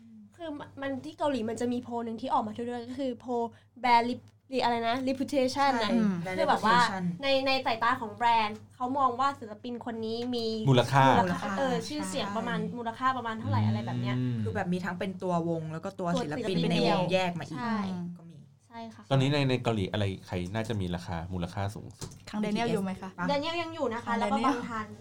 คือมันที่เกาหลีมันจะมีโพลหนึ่งที่ออกมาเรื่อยๆ ก็คือโพล Brand Re- Re- อะไรนะ Reputationใช่น่ะอืมBrandคือแบบว่าReputationใน- ในสายตาของแบรนด์เขามองว่าศิลปินคนนี้มีมูลค่ามูลค่า เออ ชื่อเสียงประมาณมูลค่าประมาณเท่าไหร่อะไรแบบเนี้ยอืมคือแบบมีทั้งเป็นตัววงแล้วก็ตัวศิลปินในวงตัวศิลปินเดี่ยวแยกมาอีกใช่ก็มีใช่ค่ะตอนนี้ใน- ในเกาหลีอะไรใครน่าจะมีราคามูลค่าสูงสุด?คังแดเนียลอยู่ไหมคะ?แดเนียลยังอยู่นะคะ แล้วก็บังทัน